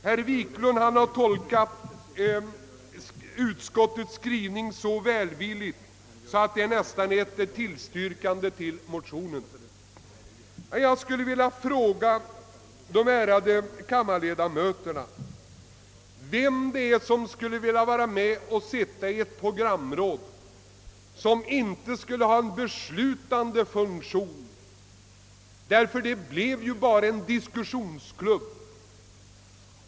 Herr Wiklund har tolkat utskottets skrivning så välvilligt att han nästan får den till att innebära ett tillstyrkade till motionen. Jag skulle vilja fråga de ärade kammarledamöterna vem som skulle vilja sitta i ett programråd utan beslutandefunktion — den skulle ju bara bli fråga om en diskussionsklubb?